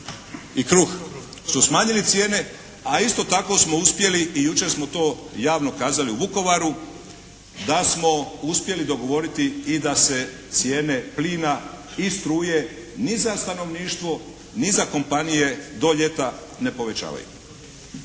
i kruh su smanjili cijene. A isto tako smo uspjeli i jučer smo to javno kazali u Vukovaru da smo uspjeli dogovoriti i da se cijene plina i struje, ni za stanovništvo, ni za kompanije do ljeta ne povećavaju.